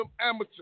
amateur